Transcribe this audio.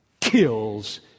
kills